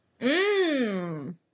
Mmm